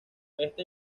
esta